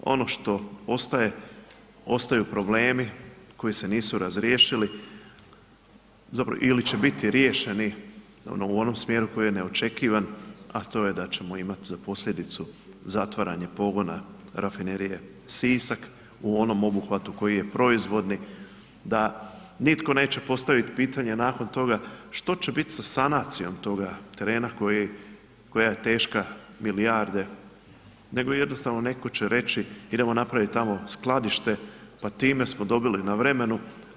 Ono što ostaje, ostaju problemi koji se nisu razriješili ili će biti riješeni u onom smjeru koji je neočekivan, a to je da ćemo imati za posljedicu zatvaranje pogona Rafinerije Sisak u onom obuhvatu koji je proizvodni, da nitko neće postaviti pitanje nakon toga što će biti sa sanacijom toga terena koja je teška milijarde, nego jednostavno neko će reći idemo napraviti tamo skladište, time smo dobili na vremenu.